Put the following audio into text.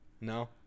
No